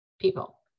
people